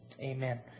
Amen